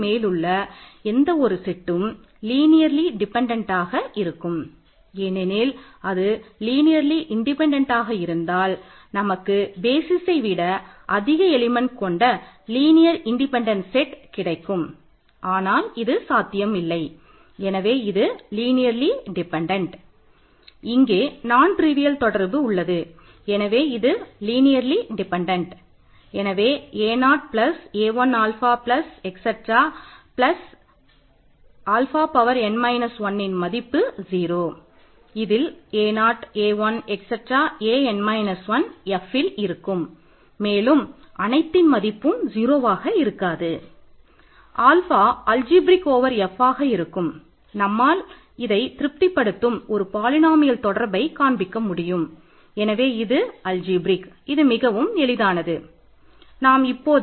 மேலும் அனைத்தின் மதிப்பும் 0வாக இருக்காது